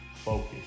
focus